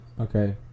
Okay